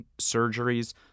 surgeries